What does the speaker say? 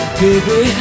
baby